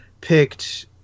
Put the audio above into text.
picked